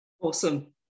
Awesome